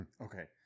Okay